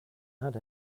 had